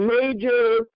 major